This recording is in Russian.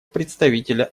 представителя